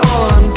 on